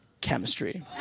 chemistry